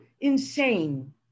insane